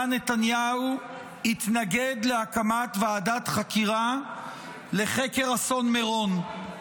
נתניהו התנגד להקמת ועדת חקירה לחקר אסון מירון.